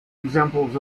examples